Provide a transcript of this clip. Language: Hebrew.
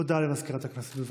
הודעה למזכירת הכנסת, בבקשה.